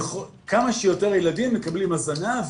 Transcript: כמה שיותר ילדים מקבלים הזנה,